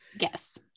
yes